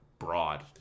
broad